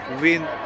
win